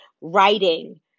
writing